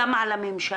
גם על הממשלה,